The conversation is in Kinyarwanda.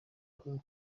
uhuru